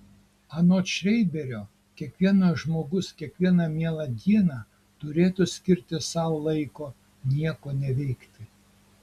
anot šreiberio kiekvienas žmogus kiekvieną mielą dieną turėtų skirti sau laiko nieko neveikti